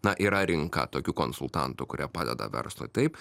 na yra rinka tokių konsultantų kurie padeda verslui taip